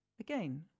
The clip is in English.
again